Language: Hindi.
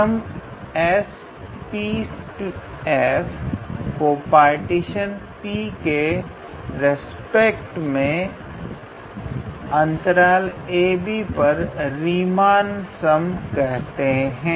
सम SPf को पार्टीशन P के रेस्पेक्ट में ab पर रीमान सम कहते हैं